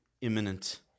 imminent